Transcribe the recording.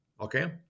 Okay